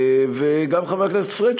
וגם חבר הכנסת פריג',